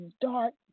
dark